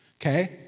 Okay